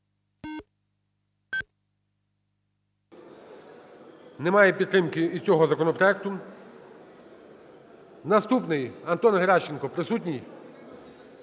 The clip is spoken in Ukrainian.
Немає підтримки і цього законопроекту. Наступний. Антон Геращенко присутній?